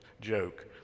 joke